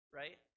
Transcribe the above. right